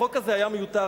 החוק הזה היה מיותר,